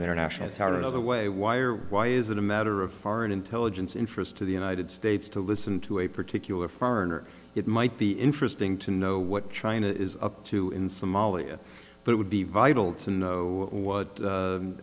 international terror another way why or why is it a matter of foreign intelligence in for us to the united states to listen to a particular foreigner it might be interesting to know what china is up to in somalia but it would be vital to know what